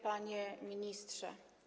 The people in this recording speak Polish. Panie Ministrze!